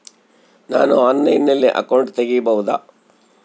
ನಾನು ಆನ್ಲೈನಲ್ಲಿ ಅಕೌಂಟ್ ತೆಗಿಬಹುದಾ?